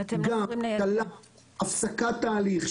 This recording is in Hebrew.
הפסקת תהליך,